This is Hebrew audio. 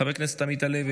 חבר הכנסת אלמוג כהן,